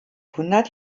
hundert